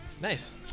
Nice